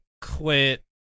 quit